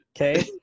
okay